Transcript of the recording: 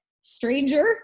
Stranger